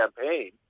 campaign